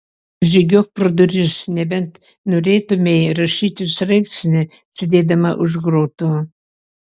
žygiuok pro duris nebent norėtumei rašyti straipsnį sėdėdama už grotų